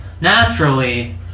naturally